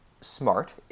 smart